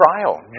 trial